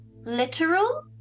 literal